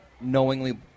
knowingly